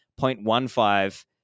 0.15